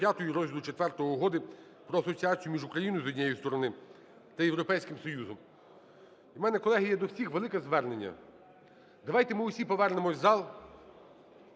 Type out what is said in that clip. Розділу IV Угоди про асоціацію між Україною, з однієї сторони, та Європейським Союзом). У мене, колеги, є до всіх велике звернення. Давайте ми всі повернемося в зал.